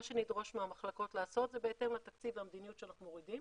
מה שנדרוש מהמחלקות לעשות זה בהתאם לתקציב והמדיניות שאנחנו מורידים.